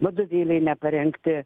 vadovėliai neparengti